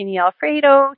alfredo